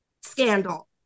scandal